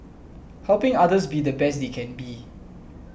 helping others be the best they can be